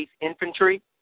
Infantry